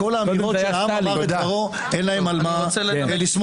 כל האמירות שהעם אמר את דברו אין להם על מה לסמוך,